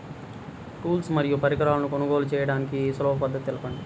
Tools మరియు పరికరాలను కొనుగోలు చేయడానికి సులభ పద్దతి తెలపండి?